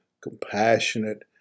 compassionate